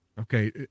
Okay